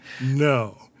No